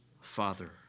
father